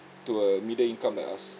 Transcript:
to a middle income like us